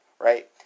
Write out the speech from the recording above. right